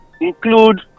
include